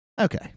okay